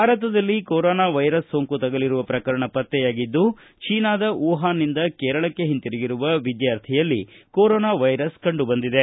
ಭಾರತದಲ್ಲಿ corona virus ಸೋಂಕು ತಗುಲಿರುವ ಪ್ರಕರಣ ಪತ್ತೆಯಾಗಿದ್ದು ಚೀನಾದ ವುಹಾನ್ನಿಂದ ಕೇರಳಕ್ಕೆ ಹಿಂತಿರುಗಿರುವ ವಿದ್ಯಾರ್ಥಿಯಲ್ಲಿ ಕೊರೊನಾ ವೈರಸ್ ಕಂಡು ಬಂದಿದೆ